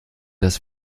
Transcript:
das